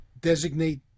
designate